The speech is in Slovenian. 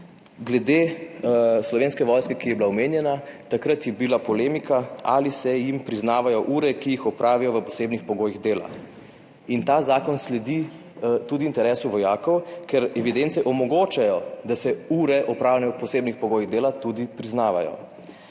Glede slovenske vojske, ki je bila omenjena. Takrat je bila polemika, ali se jim priznavajo ure, ki jih opravijo v posebnih pogojih dela. Ta zakon sledi tudi interesu vojakov, ker evidence omogočajo, da se ure, opravljene v posebnih pogojih dela, tudi priznavajo.